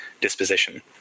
disposition